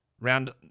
Round